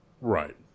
Right